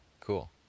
Cool